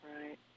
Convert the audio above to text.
Right